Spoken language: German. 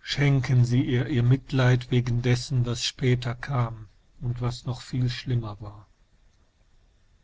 schenken sie ihr ihr mitleid wegen dessen was später kam und was noch viel schlimmer war